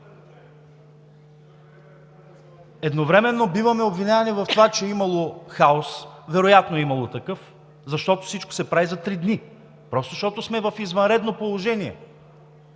Едновременно биваме обвинявани в това, че имало хаос. Вероятно е имало такъв, защото всичко се прави за три дни, просто защото сме в извънредно положение.